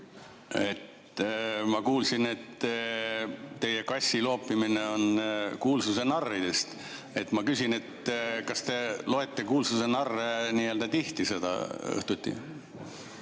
Ma kuulsin, et teie kassi loopimine on "Kuulsuse narridest". Ma küsin, et kas te loete "Kuulsuse narre" tihti õhtuti.